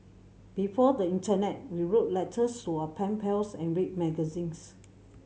before the internet we wrote letters to our pen pals and read magazines